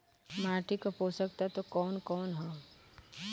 माटी क पोषक तत्व कवन कवन ह?